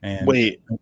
Wait